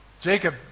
Jacob